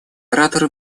ораторы